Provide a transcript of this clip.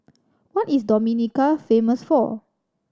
what is Dominica famous for